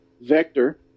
Vector